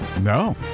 No